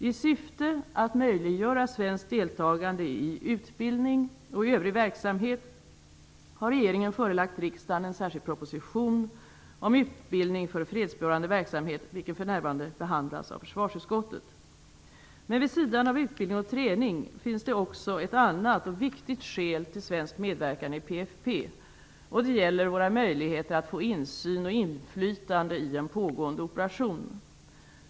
I syfte att möjliggöra svenskt deltagande i utbildning och övrig verksamhet har regeringen förelagt riksdagen en särskild proposition om utbildning för fredsbevarande verksamhet, vilken för närvarande behandlas av försvarsutskottet. Men vid sidan av utbildning och träning finns det också ett annat och viktigt skäl till svensk medverkan i PFF. Det gäller våra möjligheter att få insyn och inflytande i en pågående operation.